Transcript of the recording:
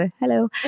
hello